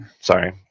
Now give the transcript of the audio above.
Sorry